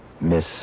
Miss